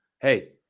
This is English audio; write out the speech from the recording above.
Hey